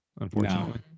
unfortunately